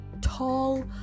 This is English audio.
tall